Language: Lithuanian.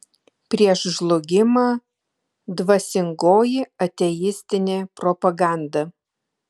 prieš žlugimą dvasingoji ateistinė propaganda